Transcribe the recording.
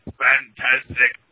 fantastic